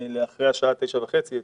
על רעש אחרי השעה 9:30 בערב.